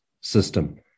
system